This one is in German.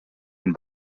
ein